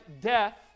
death